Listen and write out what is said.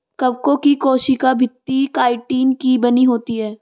कवकों की कोशिका भित्ति काइटिन की बनी होती है